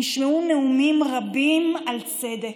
נשמעו נאומים רבים על צדק,